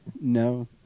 No